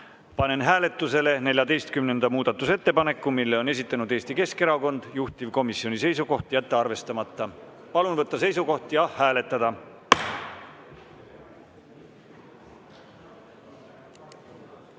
Panen hääletusele 14. muudatusettepaneku. Selle on esitanud Eesti Keskerakond. Juhtivkomisjoni seisukoht on jätta arvestamata. Palun võtta seisukoht ja hääletada!